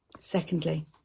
Secondly